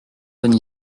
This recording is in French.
bonne